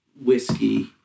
whiskey